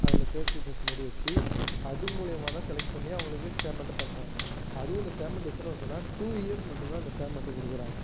அதில் face to face மாரி வச்சி அது மூலிமாந்தான் செலக்ட் பண்ணி அவங்களுக்கு பேமண்ட்டை பண்ணுறாங்க அதுவும் இந்த பேமண்ட் எத்தனை வருடன்னா டூ இயர் மட்டும்தான் அந்த பேமண்ட்டு கொடுக்குறாங்க